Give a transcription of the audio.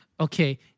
okay